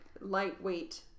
lightweight